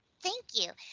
thank you.